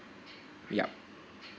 yup